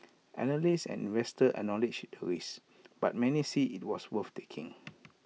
analysts and investors acknowledge the risk but many see IT as worth taking